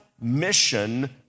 mission